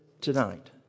tonight